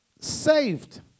Saved